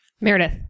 Meredith